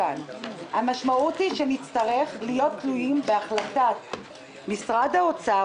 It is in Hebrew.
אף אחד לא מוכן לעבוד בקלפיות האלו.